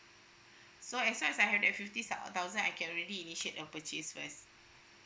so as long as I have the fifty thou~ thousand I can already initiate a purchase first